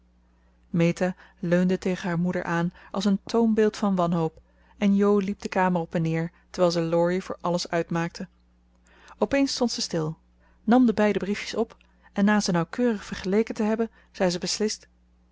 meta leunde tegen haar moeder aan als een toonbeeld van wanhoop en jo liep de kamer op en neer terwijl ze laurie voor alles uitmaakte opeens stond ze stil nam de beide briefjes op en na ze nauwkeurig vergeleken te hebben zei ze beslist